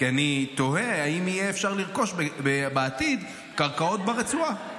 כי אני תוהה אם יהיה אפשר לרכוש בעתיד קרקעות ברצועה.